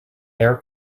air